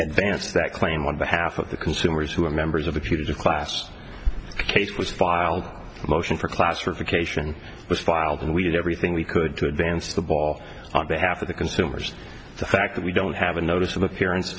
advance that claim on behalf of the consumers who are members of a future class case was filed a motion for classification was filed and we did everything we could to advance the ball on behalf of the consumers the fact that we don't have a notice of appearance